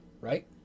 Right